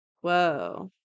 Whoa